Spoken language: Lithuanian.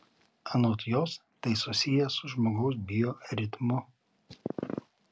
anot jos tai susiję su žmogaus bioritmu